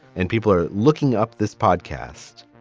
and people are looking up this podcast.